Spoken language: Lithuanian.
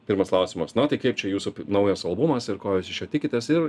pirmas klausimas na tai kaip čia jūsų naujas albumas ir ko jūs iš jo tikitės ir